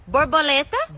Borboleta